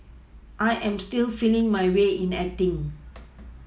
I am still feeling my way in acting